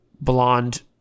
blonde